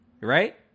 right